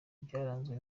byaranzwe